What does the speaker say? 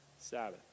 Sabbath